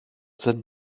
sind